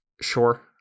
Sure